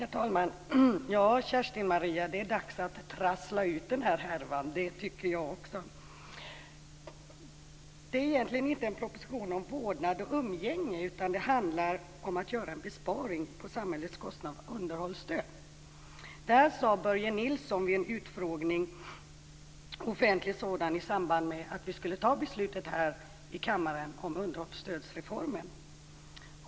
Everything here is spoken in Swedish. Herr talman! Ja, Kerstin-Maria, det är dags att trassla ut den här härvan. Det tycker jag också. Det här är egentligen inte en proposition om vårdnad och umgänge, utan det handlar om att göra en besparing på samhällets kostnad för underhållsstöd. Så sade Börje Nilsson vid en offentlig utfrågning i samband med att vi skulle fatta beslut här i kammaren om underhållsstödsreformen.